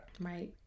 Right